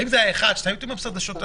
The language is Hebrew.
אני מזכיר איזה מאבק היה להביא מכונות הנשמה,